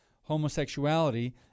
homosexuality